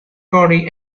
corry